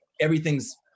everything's